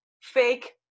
fake